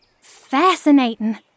Fascinating